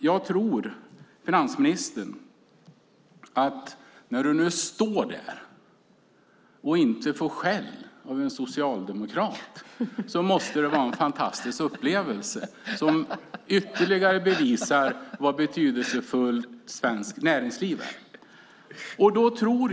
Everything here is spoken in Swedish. Jag tror, finansministern, att när du nu står där och inte får skäll av en socialdemokrat måste det vara en fantastisk upplevelse som ytterligare bevisar hur betydelsefullt svenskt föreningsliv är.